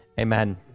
Amen